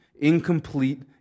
incomplete